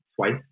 twice